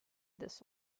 this